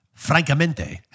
Francamente